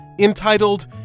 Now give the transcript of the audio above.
entitled